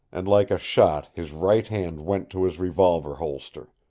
and like a shot his right hand went to his revolver holster.